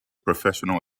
professional